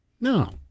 No